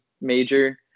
major